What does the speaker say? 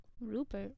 rupert